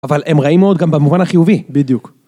אבל הם רעים מאוד גם במובן החיובי, בדיוק.